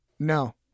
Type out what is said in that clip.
No